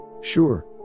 sure